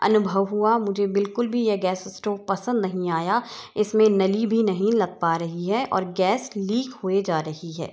अनुभव हुआ मुझे बिल्कुल भी यह गैस इस्टोव पसंद नहीं आया इसमें नली भी नहीं लग पा रही है और गैस लीक हुए जा रही है